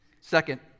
Second